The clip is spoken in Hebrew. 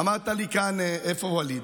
איפה ואליד?